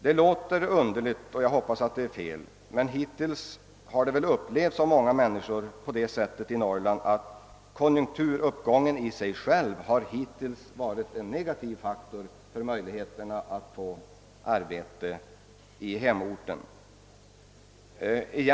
Det låter underligt, och jag hoppas att det är felaktigt, men hittills har nog konjunkturuppgången av många människor i Norrland upplevts på det sättet att den i sig själv har varit en negativ faktor i fråga om möjligheterna att få arbete i hemorten.